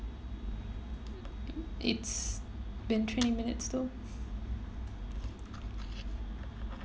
it's been twenty minutes though